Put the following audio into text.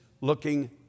looking